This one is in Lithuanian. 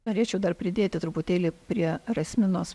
norėčiau dar pridėti truputėlį prie rasminos